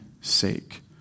sake